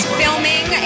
filming